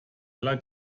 aller